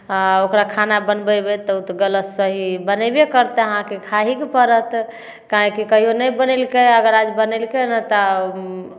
आ ओकरा खाना बनबेबै तऽ ओ गलत सही बनेबे करतै आहाँके खाहीके पड़त काहेकी कहिओ नहि बनेलकै अगर आज बनेलकै नऽ तऽ ओ